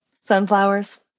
sunflowers